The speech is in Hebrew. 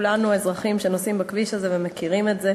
כולנו אזרחים שנוסעים בכביש הזה ומכירים את זה.